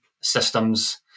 systems